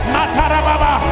Matarababa